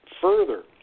Further